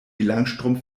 langstrumpf